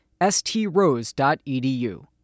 strose.edu